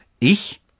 ich